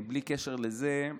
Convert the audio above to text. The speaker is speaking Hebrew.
בלי קשר לזה,